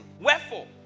Wherefore